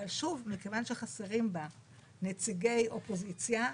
אבל מכיוון שחסרים בה נציגי אופוזיציה,